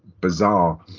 bizarre